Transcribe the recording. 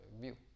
view